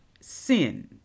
sin